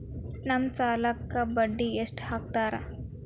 ನಮ್ ಸಾಲಕ್ ಬಡ್ಡಿ ಎಷ್ಟು ಹಾಕ್ತಾರ?